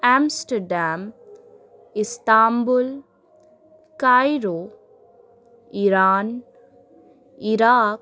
Amsterdam Istanbul Cairo Iran Iraq